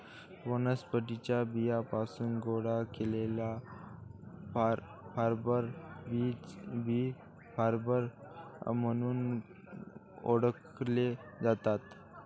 वनस्पतीं च्या बियांपासून गोळा केलेले फायबर बीज फायबर म्हणून ओळखले जातात